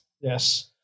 Yes